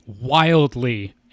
wildly